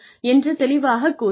என்று தெளிவாக கூறுங்கள்